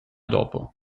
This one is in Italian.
dopo